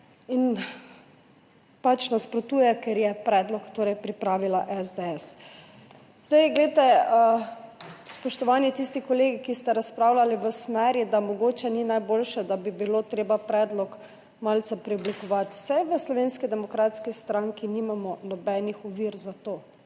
in pač nasprotuje, ker je predlog torej pripravila SDS. Spoštovani, tisti kolegi, ki ste razpravljali v smeri, da mogoče ni najboljše, da bi bilo treba predlog malce preoblikovati. Saj v Slovenski demokratski stranki nimamo nobenih ovir za to.